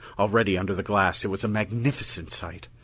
already, under the glass, it was a magnificent sight.